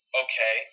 okay